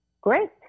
Great